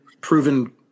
proven